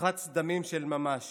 מרחץ דמים של ממש